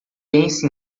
pense